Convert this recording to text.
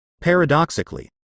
Paradoxically